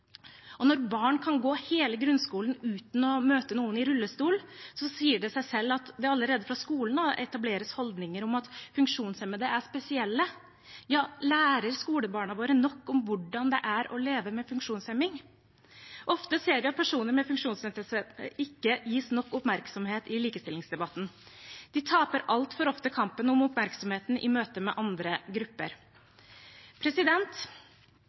Når barn kan gå hele grunnskolen uten å møte noen i rullestol, sier det seg selv at det allerede fra skolen av etableres holdninger om at funksjonshemmede er spesielle. Ja, lærer skolebarna våre nok om hvordan det er å leve med funksjonshemning? Ofte ser vi at personer med funksjonsnedsettelse ikke gis nok oppmerksomhet i likestillingsdebatten. De taper altfor ofte kampen om oppmerksomheten i møte med andre grupper.